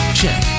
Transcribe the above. Check